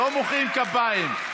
לא מוחאים כפיים,